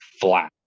flat